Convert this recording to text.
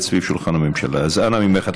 בדרך כלל נהוג לשבת ליד שולחן הממשלה, אז אנא ממך.